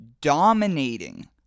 dominating